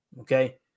okay